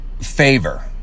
favor